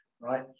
right